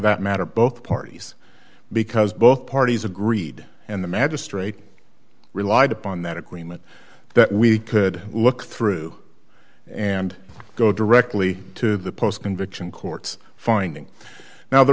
that matter both parties because both parties agreed and the magistrate relied upon that agreement that we could look through and go directly to the post conviction court's finding now the